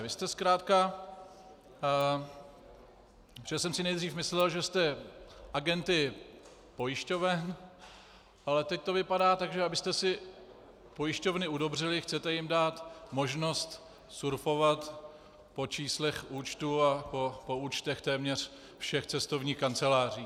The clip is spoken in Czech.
Vy jste zkrátka protože jsem si nejdřív myslel, že jste agenty pojišťoven, teď to vypadá tak, že abyste si pojišťovny udobřili, chcete jim dát možnost surfovat po číslech účtů a po účtech téměř všech cestovních kanceláří.